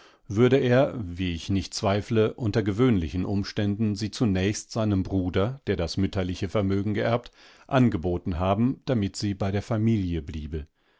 würde er wie ich nicht zweifle unter gewöhnlichen umständen sie zunächstseinembruder derdasmütterlichevermögengeerbt angebotenhaben damit sie bei der familie bliebe